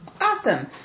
Awesome